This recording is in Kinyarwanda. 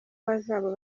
bazaba